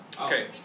Okay